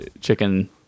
chicken